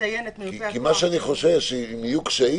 לציין את מיופה הכוח --- אני חושש שאם יהיו קשיים,